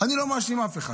אני לא מאשים אף אחד.